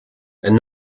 and